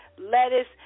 lettuce